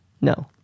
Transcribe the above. No